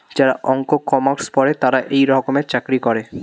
যারা অঙ্ক, কমার্স পরে তারা এই রকমের চাকরি করে